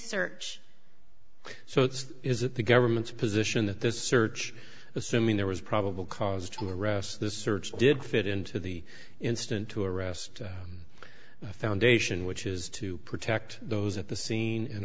search so this isn't the government's position that this search assuming there was probable cause to arrest this search did fit into the instant to arrest the foundation which is to protect those at the scene